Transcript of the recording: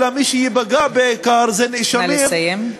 אלא מי שייפגע בעיקר זה נאשמים, נא לסיים.